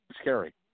scary